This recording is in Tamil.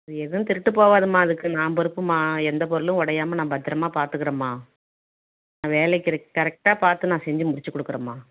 எதுவும் திருட்டு போகாதும்மா அதுக்கு நான் பொறுப்பும்மா எந்த பொருளும் உடையாம நான் பத்திரமாக பார்த்துக்கிறேம்மா நான் வேலையை கரெட் கரெக்டாக பார்த்து நான் செஞ்சு முடித்து கொடுக்குறேம்மா